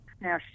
Now